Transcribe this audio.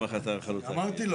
שאמרתי,